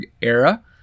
era